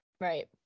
Right